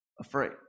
afraid